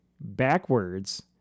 backwards